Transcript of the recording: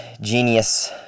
genius